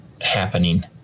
happening